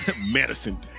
medicine